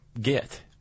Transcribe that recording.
get